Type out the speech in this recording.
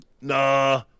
Nah